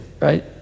right